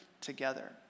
together